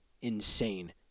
insane